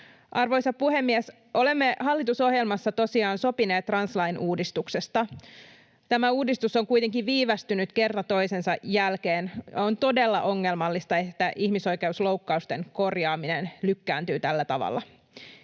Arvoisa puhemies! Olemme hallitusohjelmassa tosiaan sopineet translain uudistuksesta. Tämä uudistus on kuitenkin viivästynyt kerta toisensa jälkeen. On todella ongelmallista, että ihmisoikeusloukkausten korjaaminen lykkääntyy tällä tavalla.